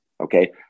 Okay